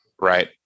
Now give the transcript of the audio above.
right